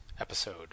episode